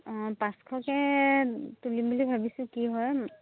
অঁ পাঁচশকে তুলিম বুলি ভাবিছোঁ কি হয়